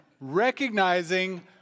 recognizing